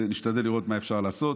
ונשתדל לראות מה אפשר לעשות.